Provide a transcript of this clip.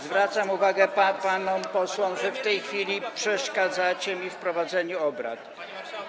Zwracam uwagę panom posłom, że w tej chwili przeszkadzacie mi w prowadzeniu obrad.